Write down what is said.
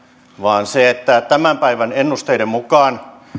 vaan että tämän päivän ennusteiden mukaan